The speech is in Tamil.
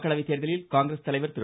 மக்களவை தேர்தலில் காங்கிரஸ் தலைவர் திரு